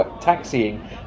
taxiing